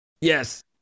Yes